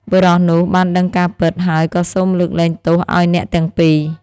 បុរសនោះបានដឹងការពិតហើយក៏សូមលើកលែងទោសឱ្យអ្នកទាំងពីរ។